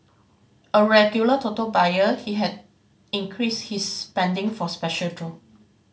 a regular Toto buyer he had increased his spending for special draw